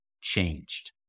changed